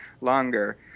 longer